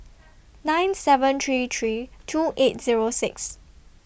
nine seven three three two eight Zero six